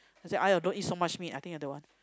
I say !aiya! don't eat so much meat I think I don't want